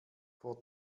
vor